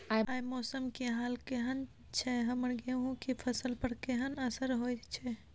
आय मौसम के हाल केहन छै हमर गेहूं के फसल पर केहन असर होय छै?